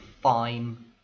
fine